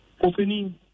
Opening